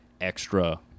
extra